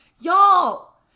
y'all